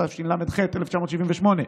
התשל"ח 1978,